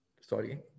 sorry